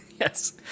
Yes